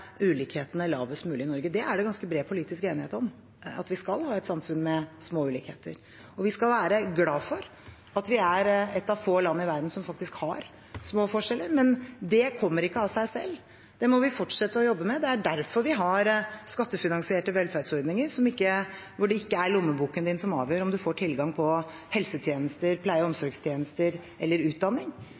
ulikhetene lavest mulig i Norge. Det er ganske bred politisk enighet om at vi skal ha et samfunn med små ulikheter. Vi skal være glad for at vi er et av få land i verden som faktisk har små forskjeller. Men det kommer ikke av seg selv; det må vi fortsette å jobbe med. Det er derfor vi har skattefinansierte velferdsordninger hvor det ikke er lommeboken som avgjør om man får tilgang på helsetjenester, pleie- og omsorgstjenester eller utdanning.